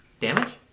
damage